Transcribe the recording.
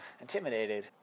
intimidated